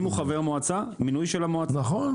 אם הוא חבר מועצה, מינוי של המועצה --- נכון.